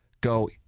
go